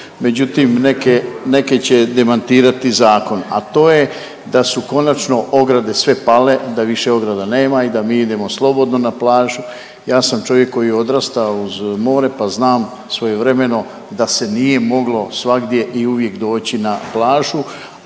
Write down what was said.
Međutim, neke, neke će demantirati zakon, a to je da su konačno ograde sve pale, da više ograda nema i da mi idemo slobodno na plažu. Ja sam čovjek koji je odrastao uz more pa znam svojevremeno da se nije moglo svagdje i uvijek doći na plažu.